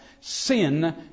sin